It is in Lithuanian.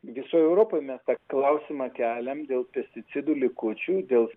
visoj europoj mes tą klausimą keliam dėl pesticidų likučių dėl